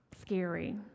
scary